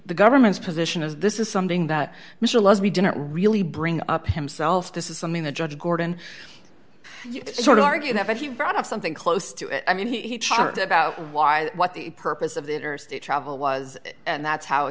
the government's position is this is something that we didn't really bring up himself this is something the judge gordon sort of argued that if you brought up something close to it i mean he charged about why what the purpose of the interstate travel was and that's how